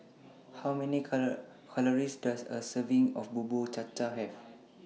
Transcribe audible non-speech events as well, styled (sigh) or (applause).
How Many (unintelligible) Calories Does A Serving of Bubur Cha Cha Have